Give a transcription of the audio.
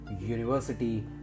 university